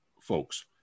folks